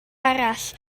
arall